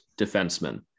defenseman